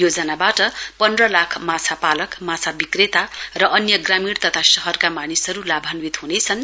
योजनाबाट पन्ध लाख माछा पालक माछा बिक्रेता र अन्य ग्रामीण तथा शहरका मानिसहरू लाभान्वित ह्नेछन्